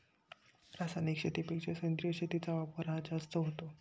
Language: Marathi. रासायनिक शेतीपेक्षा सेंद्रिय शेतीचा वापर हा जास्त होतो